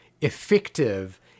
effective